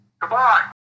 Goodbye